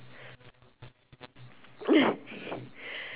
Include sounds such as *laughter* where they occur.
*noise*